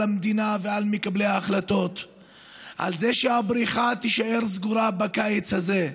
המדינה ועל מקבלי ההחלטות על זה שהבריכה תישאר סגורה בקיץ הזה?